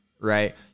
right